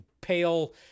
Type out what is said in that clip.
pale